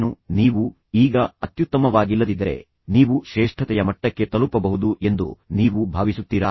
ಆದರೆ ನನ್ನ ಹಂತ ಹಂತದ ವಿಧಾನವನ್ನು ನಿಮಗೆ ಹೇಳುವ ಮೊದಲು ನಾನು ಸಂಘರ್ಷವನ್ನು ಪರಿಹರಿಸುವ ಪ್ರಕ್ರಿಯೆ ಪ್ರಾರಂಭಿಸುತ್ತಿದ್ದೆ